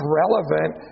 relevant